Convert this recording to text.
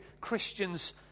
Christians